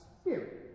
spirit